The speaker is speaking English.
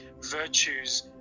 virtues